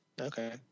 Okay